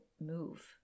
move